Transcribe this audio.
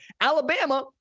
Alabama